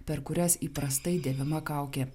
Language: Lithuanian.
per kurias įprastai dėvima kaukė